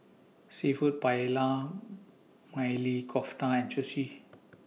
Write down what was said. Seafood Paella Maili Kofta and Sushi